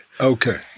Okay